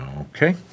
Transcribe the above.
Okay